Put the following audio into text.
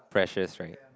precious right